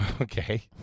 Okay